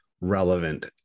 relevant